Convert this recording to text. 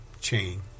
chain